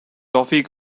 toffee